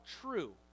true